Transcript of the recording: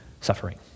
suffering